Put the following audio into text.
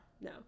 no